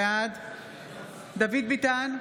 בעד דוד ביטן,